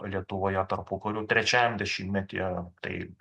lietuvoje tarpukariu trečiajam dešimtmetyje tai